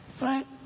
Right